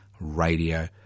Radio